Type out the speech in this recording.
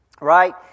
right